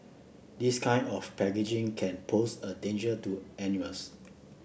this kind of packaging can pose a danger to animals